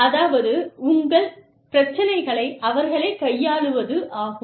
அதாவது உங்கள் பிரச்சினைகளை அவர்களே கையாள்வது ஆகும்